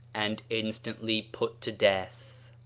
and instantly put to death.